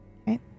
Okay